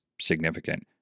significant